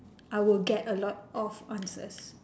I would get a lot of answers